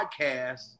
podcast